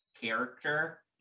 character